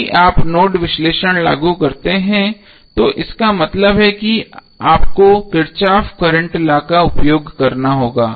यदि आप नोडल विश्लेषण लागू करते हैं तो इसका मतलब है कि आपको किरचॉफ करंट लॉ का उपयोग करना होगा